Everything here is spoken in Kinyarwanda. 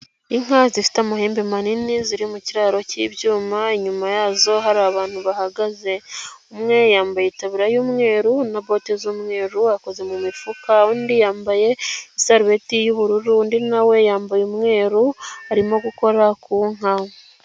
Inka zifite amahembe manini ziri mu kiraro cy'ibyuma inyuma yazo hari abantu bahagaze, umwe yambaye itaburiya y'umweru na bote z'umweru akoze mu mifuka, undi yambaye isarubeti y'ubururu, undi na we yambaye umweru arimo gukora ku nka.